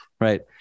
right